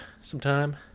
sometime